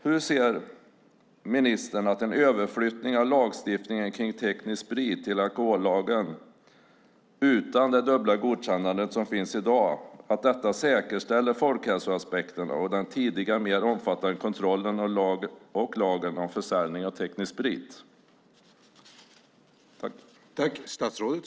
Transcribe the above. Hur ser ministern att en överflyttning av lagstiftningen kring teknisk sprit till alkohollagen utan det dubbla godkännande som finns i dag säkerställer folkhälsoaspekterna och den tidigare mer omfattande kontrollen och lagen om försäljning av teknisk sprit?